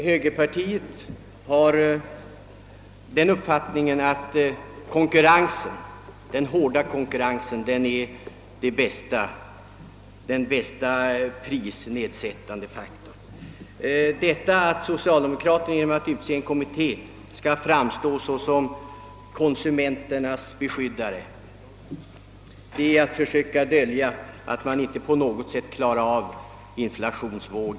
Herr talman! Högerpartiet menar att den hårda konkurrensen är den bästa prisnedsättande faktorn. Att socialdemokrater genom att utse en kommitté vill framstå som konsumenternas beskyddare är att försöka dölja, att man inte på något sätt klarar av inflationsvågen.